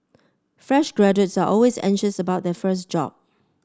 fresh graduates are always anxious about their first job